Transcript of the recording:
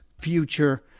future